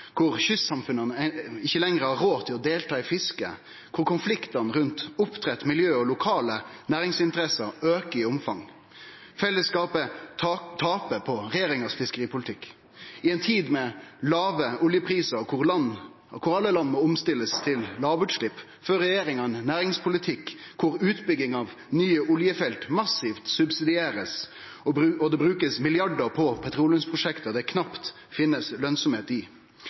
kystsamfunna ikkje lenger har råd til å delta i fisket, der konfliktane rundt oppdrett og miljø og lokale næringsinteresser aukar i omfang. Fellesskapet taper på regjeringas fiskeripolitikk. I ei tid med låge oljeprisar og der alle land må omstille til lågutslepp, fører regjeringa ein næringspolitikk der utbygging av nye oljefelt massivt blir subsidiert, og det blir brukt milliardar på petroleumsprosjekt det knapt finst lønsemd i.